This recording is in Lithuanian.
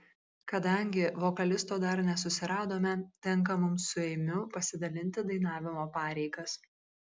kadangi vokalisto dar nesusiradome tenka mums su eimiu pasidalinti dainavimo pareigas